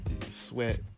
Sweat